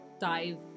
dive